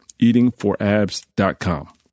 eatingforabs.com